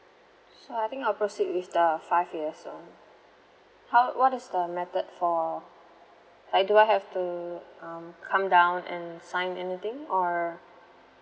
so I think I'll proceed with the five years one how what is the method for like do I have to um come down and sign anything or